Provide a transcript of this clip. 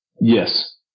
Yes